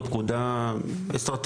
זאת פקודה אסטרטגית.